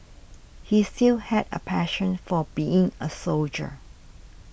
he still had a passion for being a soldier